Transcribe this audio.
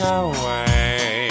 away